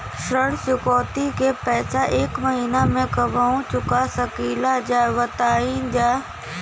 ऋण चुकौती के पैसा एक महिना मे कबहू चुका सकीला जा बताईन जा?